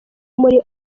muri